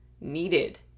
needed